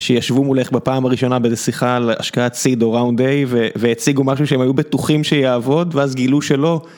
שישבו מולך בפעם הראשונה בזה שיחה על השקעת סיד או ראונד איי והציגו משהו שהם היו בטוחים שיעבוד ואז גילו שלא.